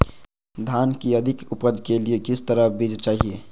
धान की अधिक उपज के लिए किस तरह बीज चाहिए?